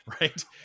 right